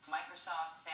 Microsoft